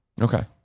okay